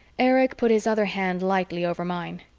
erich put his other hand lightly over mine.